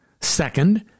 Second